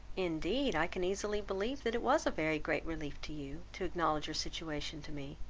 indeed, i can easily believe that it was a very great relief to you, to acknowledge your situation to me,